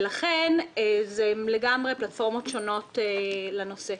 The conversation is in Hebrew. לכן, זה לגמרי פלטפורמות שונות לנושא.